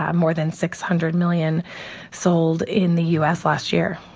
ah more than six hundred million sold in the u s. last year.